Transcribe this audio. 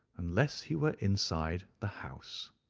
unless he were inside the house?